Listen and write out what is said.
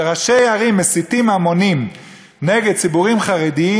שראשי ערים מסיתים המונים נגד ציבורים חרדיים,